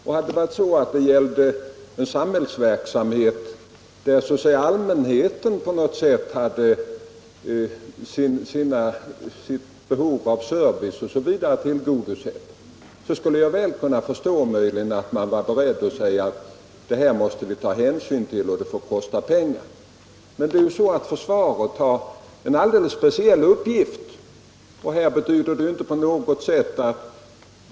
Om det gällde en samhällsverksamhet, varigenom allmänheten på något sätt fick sitt behov av service tillgodosett, skulle jag möjligen kunna förstå att man var beredd att säga att det får kosta pengar. Men försvaret har en alldeles speciell uppgift.